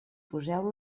poseu